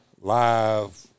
live